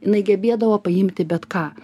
jinai gebėdavo paimti bet ką